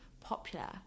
popular